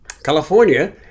California